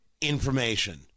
information